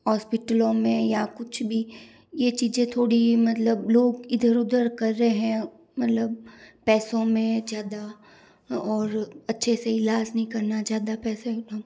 होस्पिटलों में या कुछ भी ये चीज़ें थोड़ी मतलब लोग इधर उधर कर रहे हैं मतलब पैसों में ज़्यादा और अच्छे से इलाज नहीं करना ज़्यादा पैसे